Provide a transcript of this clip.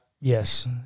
yes